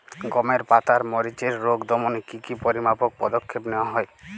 গমের পাতার মরিচের রোগ দমনে কি কি পরিমাপক পদক্ষেপ নেওয়া হয়?